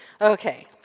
Okay